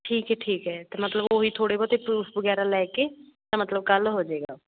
ਠੀਕ ਹੈ ਠੀਕ ਹੈ ਅਤੇ ਮਤਲਬ ਉਹੀ ਥੋੜ੍ਹੇ ਬਹੁਤੇ ਪਰੂਫ ਵਗੈਰਾ ਲੈ ਕੇ ਮਤਲਬ ਕੱਲ੍ਹ ਹੋ ਜਾਵੇਗਾ